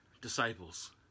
disciples